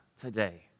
today